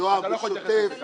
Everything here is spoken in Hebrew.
אתה לא יכול להיכנס לזה.